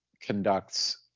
conducts –